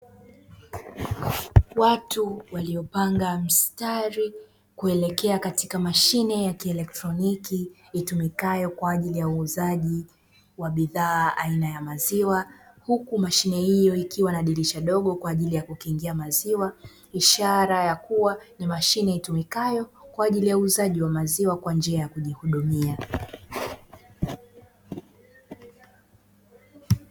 Watu waliyopanga mstari kuelekea katika mashine ya kielektroniki itumikayo kwa ajili ya uuzaji wa bidhaa aina ya maziwa, huku mashine hiyo ikiwa na dirisha dogo kwa ajili ya kukingia maziwa, ishara yakuwa ni mashine itumikayo kwa ajili uuzaji wa maziwa kwa njia ya kujihudumia.